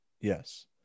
yes